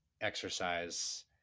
exercise